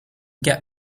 get